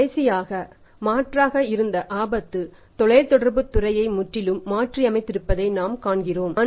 கடைசியாக மாற்றாக இருந்த ஆபத்து தொலைதொடர்புத் துறையைப் முற்றிலும் மாற்றியமைத்திருப்பதை நாம் காண்கிறோம்